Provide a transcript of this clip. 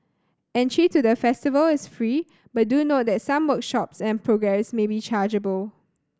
entry to the festival is free but do note that some workshops and programmes may be chargeable